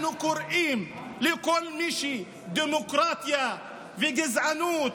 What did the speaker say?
אנחנו קוראים לכל מי שבעד דמוקרטיה ונגד גזענות,